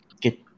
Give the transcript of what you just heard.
get